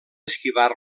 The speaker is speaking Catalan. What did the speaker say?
esquivar